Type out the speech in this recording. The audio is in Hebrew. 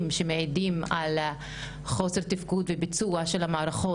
שמעידים על חוסר תפקוד וביצוע של המערכות,